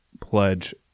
pledge